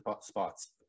spots